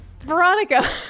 Veronica